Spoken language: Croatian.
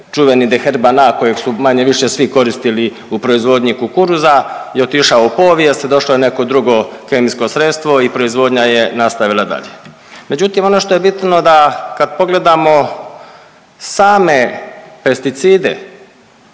čuveni Deherbana kojeg su manje-više svi koristili u proizvodnji kukuruza je otišao u povijest došlo je neko drugo kemijsko sredstvo i proizvodnja je nastavila dalje. Međutim, ono što je bitno da kad pogledamo same pesticide,